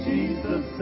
Jesus